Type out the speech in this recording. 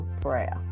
prayer